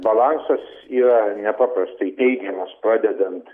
balansas yra nepaprastai teigiamas pradedant